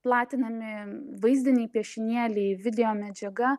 platinami vaizdiniai piešinėliai videomedžiaga